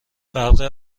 فرق